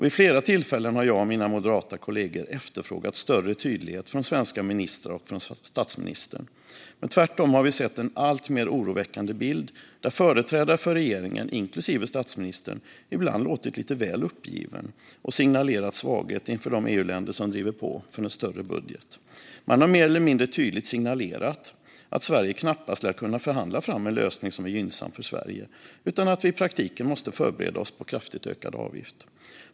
Vid flera tillfällen har jag och mina moderata kollegor efterfrågat större tydlighet från svenska ministrar och från statsministern. Men tvärtom har vi sett en alltmer oroväckande bild där företrädare för regeringen, inklusive statsministern, ibland har låtit lite väl uppgivna och signalerat svaghet inför de EU-länder som driver på för en större budget. Man har mer eller mindre tydligt signalerat att Sverige knappast lär kunna förhandla fram en lösning som är gynnsam för Sverige utan att vi i praktiken måste förbereda oss på kraftigt ökad avgift.